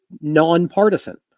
nonpartisan